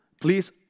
Please